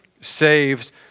saves